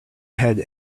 ahead